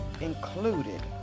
included